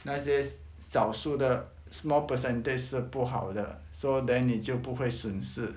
那些少数的 small percentage 是不好的 so then 你就不会损失